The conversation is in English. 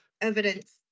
evidence